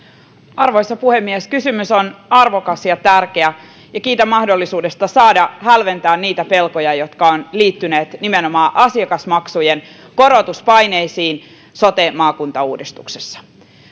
arvoisa puhemies kysymys on arvokas ja tärkeä kiitän mahdollisuudesta saada hälventää niitä pelkoja jotka ovat liittyneet nimenomaan asiakasmaksujen korotuspaineisiin sote maakuntauudistuksessa